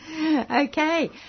Okay